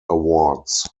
awards